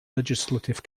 legislative